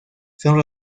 son